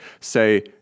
say